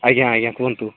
ଆଜ୍ଞା ଆଜ୍ଞା କୁହନ୍ତୁ